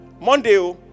monday